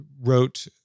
wrote